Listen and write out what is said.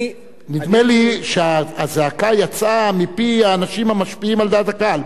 נדמה לי שהזעקה יצאה מפי האנשים המשפיעים על דעת הקהל,